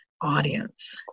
audience